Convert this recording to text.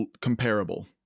comparable